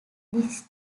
this